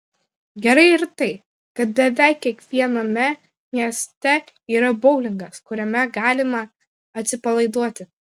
gerai ir tai kad beveik kiekviename mieste yra boulingas kuriame galima atsipalaiduoti